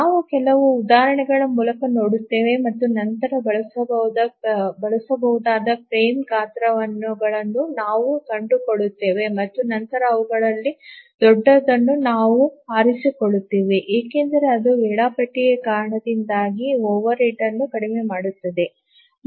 ನಾವು ಕೆಲವು ಉದಾಹರಣೆಗಳ ಮೂಲಕ ನೋಡುತ್ತೇವೆ ಮತ್ತು ನಂತರ ಬಳಸಬಹುದಾದ ಫ್ರೇಮ್ ಗಾತ್ರಗಳನ್ನು ನಾವು ಕಂಡುಕೊಳ್ಳುತ್ತೇವೆ ಮತ್ತು ನಂತರ ಅವುಗಳಲ್ಲಿ ದೊಡ್ಡದನ್ನು ನಾವು ಆರಿಸಿಕೊಳ್ಳುತ್ತೇವೆ ಏಕೆಂದರೆ ಅದು ವೇಳಾಪಟ್ಟಿಯ ಕಾರಣದಿಂದಾಗಿ ಓವರ್ಹೆಡ್ ಅನ್ನು ಕಡಿಮೆ ಮಾಡುತ್ತದೆ